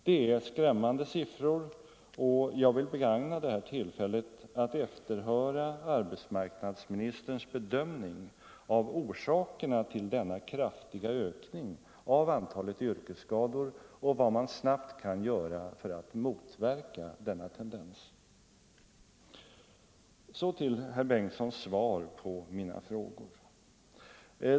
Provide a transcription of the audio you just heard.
Det är skrämmande siffror, och jag vill begagna detta tillfälle att efterhöra arbetsmarknadsministerns bedömning av orsakerna till denna kraftiga ökning av antalet yrkesskador och vad man snabbt kan göra för att motverka denna tendens. Så till herr Bengtssons svar på mina frågor.